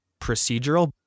procedural